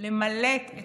למלט את